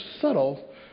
subtle